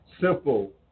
simple